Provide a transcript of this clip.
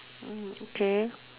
mm okay